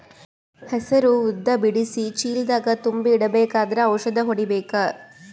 ಹೆಸರು ಉದ್ದ ಬಿಡಿಸಿ ಚೀಲ ದಾಗ್ ತುಂಬಿ ಇಡ್ಬೇಕಾದ್ರ ಔಷದ ಹೊಡಿಬೇಕ?